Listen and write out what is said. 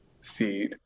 seed